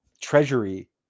treasury